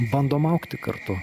bandom augti kartu